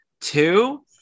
two